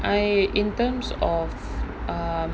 I in terms of um